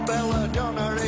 Belladonna